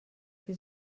que